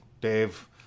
Dave